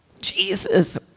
Jesus